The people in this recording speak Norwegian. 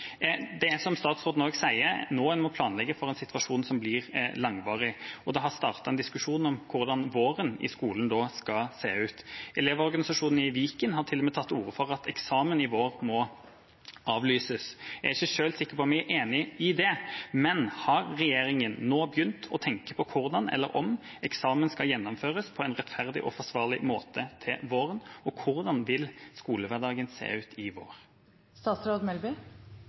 Det er, som statsråden også sier, nå en må planlegge for en situasjon som blir langvarig, og det har startet en diskusjon om hvordan våren i skolen skal se ut. Elevorganisasjonene i Viken har til og med tatt til orde for at eksamen i vår må avlyses. Jeg er ikke selv sikker på om jeg er enig i det, men har regjeringa nå begynt å tenke på hvordan – eller om – eksamen skal gjennomføres på en rettferdig og forsvarlig måte til våren? Og hvordan vil skolehverdagen se ut i